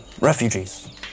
refugees